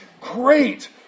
great